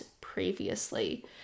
previously